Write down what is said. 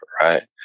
right